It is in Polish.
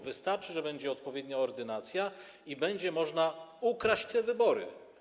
Wystarczy, że będzie odpowiednia ordynacja, i będzie można ukraść te wybory.